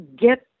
get